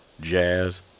Jazz